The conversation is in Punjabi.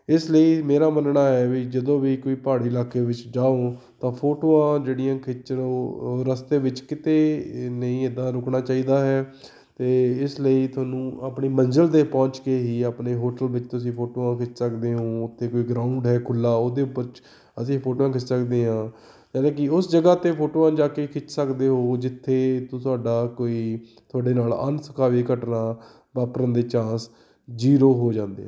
ਇਸ ਲਈ ਮੇਰਾ ਮੰਨਣਾ ਹੈ ਵੀ ਜਦੋਂ ਵੀ ਕੋਈ ਪਹਾੜੀ ਇਲਾਕੇ ਵਿੱਚ ਜਾਓ ਤਾਂ ਫੋਟੋਆਂ ਜਿਹੜੀਆਂ ਖਿੱਚਣ ਉਹ ਰਸਤੇ ਵਿੱਚ ਕਿਤੇ ਨਹੀਂ ਇੱਦਾਂ ਰੁਕਣਾ ਚਾਹੀਦਾ ਹੈ ਅਤੇ ਇਸ ਲਈ ਤੁਹਾਨੂੰ ਆਪਣੀ ਮੰਜ਼ਿਲ 'ਤੇ ਪਹੁੰਚ ਕੇ ਹੀ ਆਪਣੇ ਹੋਟਲ ਵਿੱਚ ਤੁਸੀਂ ਫੋਟੋਆਂ ਖਿੱਚ ਸਕਦੇ ਹੋ ਅਤੇ ਕੋਈ ਗਰਾਉਂਡ ਹੈ ਖੁੱਲ੍ਹਾ ਉਹਦੇ ਵਿੱਚ ਅਸੀਂ ਫੋਟੋਆਂ ਖਿੱਚ ਸਕਦੇ ਹਾਂ ਜਾਨੀ ਕਿ ਉਸ ਜਗ੍ਹਾ 'ਤੇ ਫੋਟੋਆਂ ਜਾ ਕੇ ਖਿੱਚ ਸਕਦੇ ਹੋ ਜਿੱਥੇ ਤੁਹਾਡਾ ਕੋਈ ਤੁਹਾਡੇ ਨਾਲ ਅਨਸਖਾਵੀ ਘਟਨਾ ਵਾਪਰਨ ਦੇ ਚਾਂਸ ਜੀਰੋ ਹੋ ਜਾਂਦੇ ਹਨ